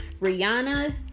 Rihanna